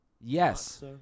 Yes